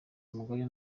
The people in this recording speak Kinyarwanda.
umugore